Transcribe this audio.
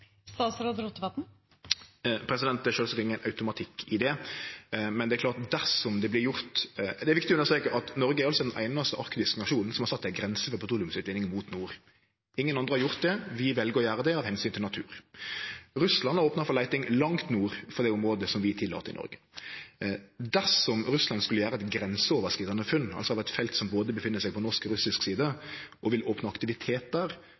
Det er sjølvsagt ingen automatikk i det. Det er viktig å understreke at Noreg er den einaste arktiske nasjonen som har sett ei grense for petroleumsutvinning mot nord. Ingen andre har gjort det. Vi vel å gjere det av omsyn til natur. Russland har opna for leiting langt nord for det området som vi tillèt i Noreg. Dersom Russland skulle gjere eit grenseoverskridande funn, altså av eit felt som er både på norsk og på russisk side, og vil opne aktivitet der,